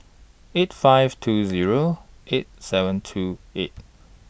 eight five two Zero eight seven two eight